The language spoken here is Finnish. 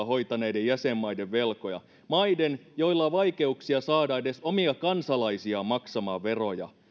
hoitaneiden jäsenmaiden velkoja maiden joilla on vaikeuksia saada edes omia kansalaisiaan maksamaan veroja